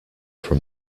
from